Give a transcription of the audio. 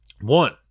one